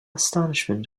astonishment